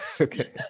Okay